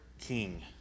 king